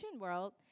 world